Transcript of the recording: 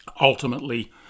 ultimately